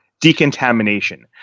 decontamination